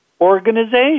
organization